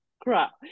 crap